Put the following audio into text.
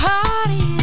party